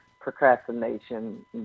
procrastination